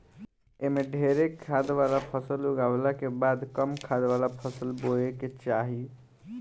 एमे ढेरे खाद वाला फसल उगावला के बाद कम खाद वाला फसल बोए के चाही